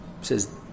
says